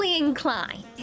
inclined